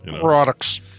Products